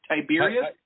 Tiberius